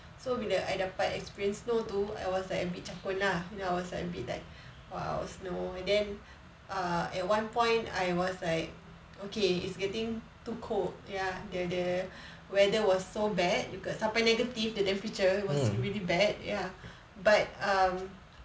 so bila I dapat experience snow tu I was like a bit jakun lah then I was like a bit like !wow! snow and then err at one point I was like okay it's getting too cold ya the the weather was so bad sampai negative the temperature was really bad ya but um